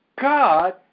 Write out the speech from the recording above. God